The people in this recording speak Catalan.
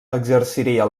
exerciria